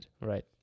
right